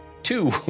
two